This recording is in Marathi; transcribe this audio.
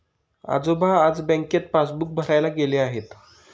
आजोबा आज बँकेत पासबुक भरायला गेले आहेत